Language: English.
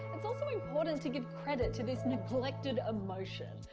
it's also important to give credit to this neglected emotion.